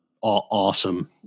Awesome